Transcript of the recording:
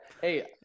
Hey